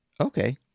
okay